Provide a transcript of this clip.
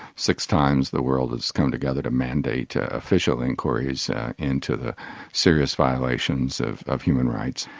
six times the world has come together to mandate ah official enquiries into the serious violations of of human rights.